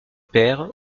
père